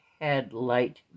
headlight